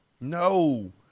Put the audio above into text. No